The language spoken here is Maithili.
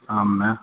शाममे